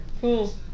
Cool